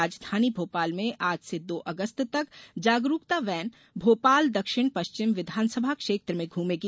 राजधानी भोपाल में आज से दो अगस्त तक जागरुकता वैन भोपाल दक्षिण पश्चिम विधानसभा क्षेत्र में घूमेगी